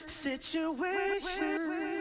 situation